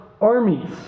armies